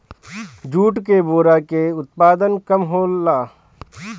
jute के बोरा के उत्पादन कम होला